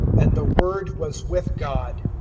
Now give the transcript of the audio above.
and the word was with god,